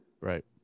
right